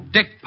Dick